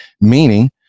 meaning